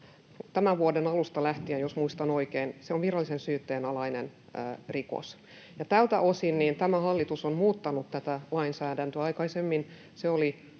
tämän vuoden alusta lähtien, jos muistan oikein, virallisen syytteen alainen rikos. Tältä osin tämä hallitus on muuttanut tätä lainsäädäntöä. Aikaisemmin se oli